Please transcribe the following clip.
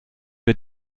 wir